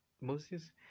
Moses